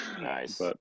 Nice